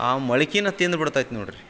ಆ ಮೊಳ್ಕೆನ ತಿಂದು ಬಿಡ್ತೈತೆ ನೋಡಿರಿ